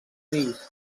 fills